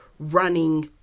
running